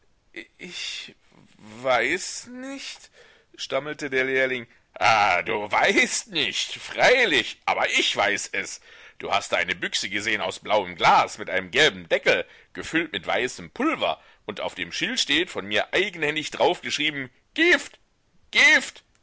ich weiß nicht stammelte der lehrling ah du weißt nicht freilich aber ich weiß es du hast da eine büchse gesehn aus blauem glas mit einem gelben deckel gefüllt mit weißem pulver und auf dem schild steht von mir eigenhändig draufgeschrieben gift gift gift